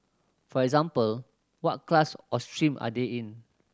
for example what class or stream are they in